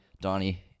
donnie